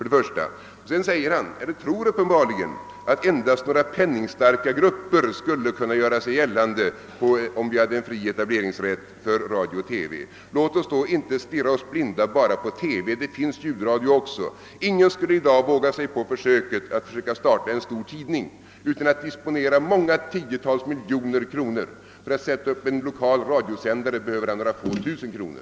Dessutom tror herr Eliasson uppenbarligen, att endast några penningstarka grupper skulle kunna göra sig gällande, om vi hade en fri etableringsrätt för radio och TV. Låt oss inte stirra oss blinda bara på TV. Det finns också ljudradio. Ingen skulle i dag våga sig på försöket att starta en stor tidning utan att disponera många tiotals miljoner kronor; för att sätta upp en lokal radiosändare behöver man några få tusen kronor.